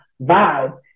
vibe